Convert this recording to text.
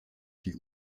die